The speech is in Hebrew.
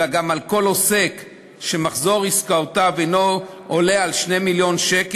אלא גם על כל עוסק שמחזור עסקותיו אינו עולה על 2 מיליון ש"ח,